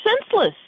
senseless